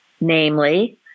Namely